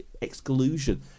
exclusion